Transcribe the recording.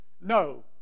No